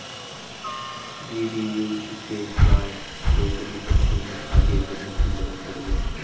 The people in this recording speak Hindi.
डी.डी.यू जी.के.वाए से गरीब बच्चों में आगे बढ़ने की लगन बढ़ी है